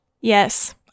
Yes